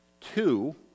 Two